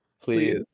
Please